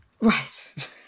Right